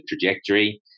trajectory